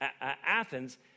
Athens